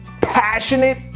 passionate